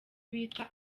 bita